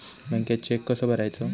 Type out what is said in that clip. बँकेत चेक कसो भरायचो?